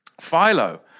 Philo